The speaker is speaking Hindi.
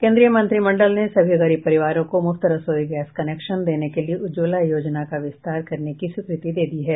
केन्द्रीय मंत्रिमंडल ने सभी गरीब परिवारों को मुफ्त रसोई गैस कनेक्शन देने के लिए उज्ज्वला योजना का विस्तार करने की स्वीकृति दे दी है